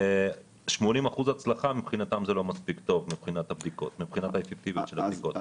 ש-80% הצלחה מבחינתם זה לא מספיק טוב מבחינת האפקטיביות של הבדיקות.